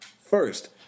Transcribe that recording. first